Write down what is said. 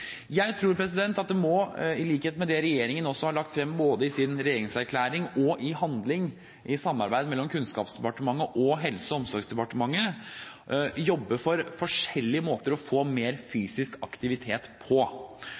Jeg tror at vi må – i likhet med det regjeringen også har lagt frem både i sin regjeringserklæring og i handling i samarbeid mellom Kunnskapsdepartementet og Helse- og omsorgsdepartementet – jobbe med forskjellige måter å få mer fysisk aktivitet på.